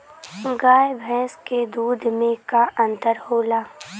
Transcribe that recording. गाय भैंस के दूध में का अन्तर होला?